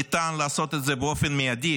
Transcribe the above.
ניתן לעשות את זה באופן מיידי.